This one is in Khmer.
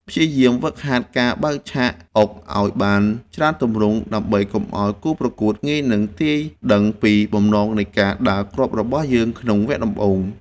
ព្យាយាមហ្វឹកហាត់ការបើកឆាកអុកឱ្យបានច្រើនទម្រង់ដើម្បីកុំឱ្យគូប្រកួតងាយនឹងទាយដឹងពីបំណងនៃការដើរគ្រាប់របស់យើងក្នុងវគ្គដំបូង។